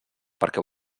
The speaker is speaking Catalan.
perquè